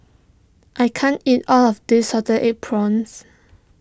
I can't eat all of this Salted Egg Prawns